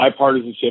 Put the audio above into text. bipartisanship